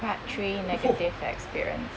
part three negative experience